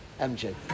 MJ